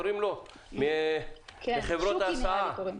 שוקי שדה מחברות ההסעה.